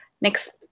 next